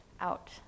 out